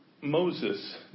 Moses